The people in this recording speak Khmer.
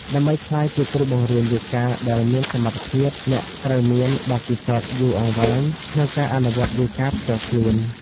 ដើម្បីក្លាយជាគ្រូបង្រៀនយូហ្គាដែលមានសមត្ថភាព អ្នកត្រូវមាន បទពិសោធន៍យូរអង្វែងក្នុងការអនុវត្តយូហ្គាផ្ទាល់ខ្លួន។